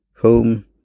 Home